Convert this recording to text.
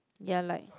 ya like